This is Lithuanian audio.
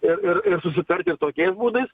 ir ir ir susitarti tokiais būdais